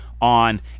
on